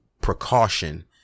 precaution